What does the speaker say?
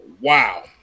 wow